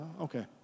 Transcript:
Okay